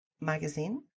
magazine